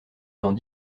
dans